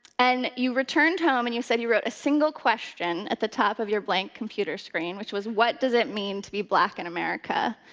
and you returned home, and you said you wrote a single question at the top of your blank computer screen, which was, what does it mean to be black in america?